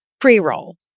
pre-roll